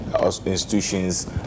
institutions